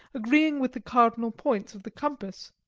agreeing with the cardinal points of the compass.